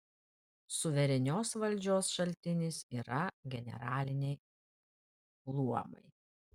suverenios valdžios šaltinis yra generaliniai luomai